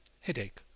Headache